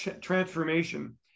transformation